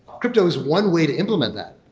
crypto is one way to implement that,